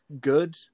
good